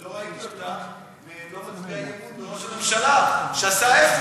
ולא ראיתי אותך מצביעה אי-אמון בראש הממשלה שעשה ההפך